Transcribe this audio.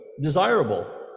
desirable